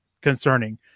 concerning